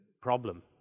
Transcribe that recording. problem